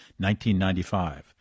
$19.95